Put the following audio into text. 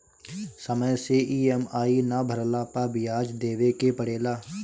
समय से इ.एम.आई ना भरला पअ बियाज देवे के पड़ेला